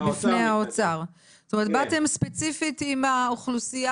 זאת אומרת באתם ספציפית עם האוכלוסייה